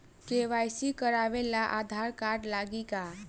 KYC करावे ला Aadhaar card लागी का?